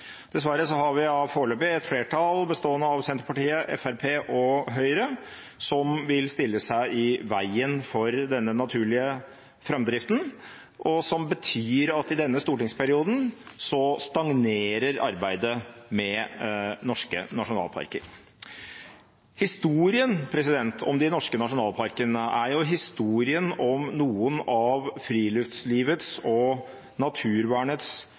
har vi foreløpig et flertall bestående av Senterpartiet, Fremskrittspartiet og Høyre, som vil stille seg i veien for denne naturlige framdriften, noe som betyr at i denne stortingsperioden stagnerer arbeidet med norske nasjonalparker. Historien om de norske nasjonalparkene er historien om noen av friluftslivets og naturvernets